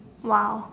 !wow!